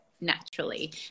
naturally